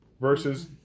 versus